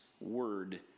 word